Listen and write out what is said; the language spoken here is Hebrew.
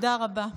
תודה רבה.